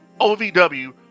OVW